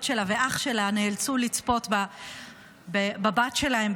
שלה ואח שלה נאלצו לצפות בבת שלהם,